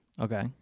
Okay